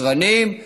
סרנים,